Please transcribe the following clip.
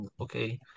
Okay